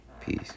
peace